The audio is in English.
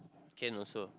can also